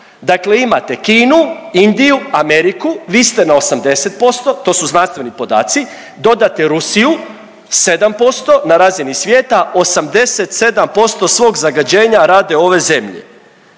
Dakle, imate Kinu, Indiju, Ameriku, vi ste na 80%, to su znanstveni podaci, dodate Rusiju 7% na razini svijeta, 87% svog zagađenja rade ove zemlje.